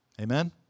Amen